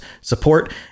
support